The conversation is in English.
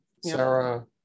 sarah